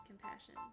Compassion